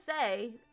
say